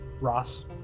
Ross